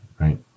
right